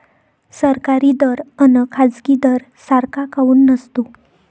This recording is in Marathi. सरकारी दर अन खाजगी दर सारखा काऊन नसतो?